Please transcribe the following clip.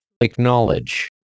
Acknowledge